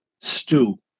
stew